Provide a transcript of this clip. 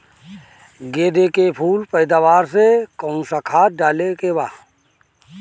गेदे के फूल पैदवार मे काउन् सा खाद डाले के बा?